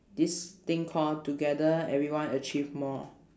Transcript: this thing call together everyone achieve more